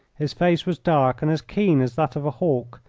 his face was dark and as keen as that of a hawk,